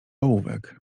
ołówek